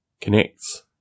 connects